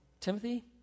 Timothy